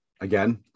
again